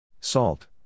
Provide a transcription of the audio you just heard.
Salt